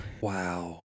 Wow